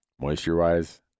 Moisture-wise